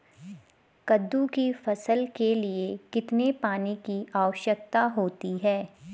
कद्दू की फसल के लिए कितने पानी की आवश्यकता होती है?